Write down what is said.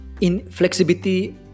inflexibility